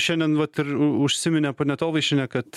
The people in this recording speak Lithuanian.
šiandien vat ir užsiminė ponia tolvaišienė kad